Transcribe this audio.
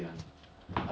不是我